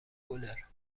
گلر